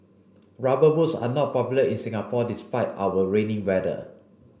rubber boots are not popular in Singapore despite our rainy weather